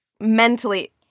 mentally